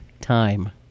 time